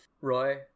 Roy